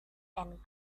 and